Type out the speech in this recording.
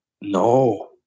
No